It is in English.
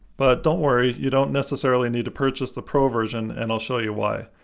but don't worry, you don't necessarily need to purchase the pro version, and i'll show you why.